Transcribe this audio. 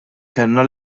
kellna